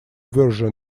version